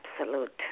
absolute